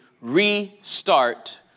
restart